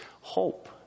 hope